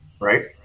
Right